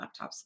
laptops